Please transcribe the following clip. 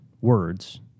words